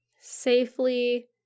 safely